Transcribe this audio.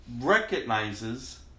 recognizes